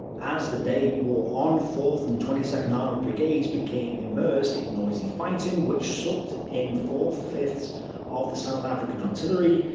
as the day wore on, fourth and twenty second armoured brigades became immersed in noisy fighting, which sucked in four-fifths of the south african artillery,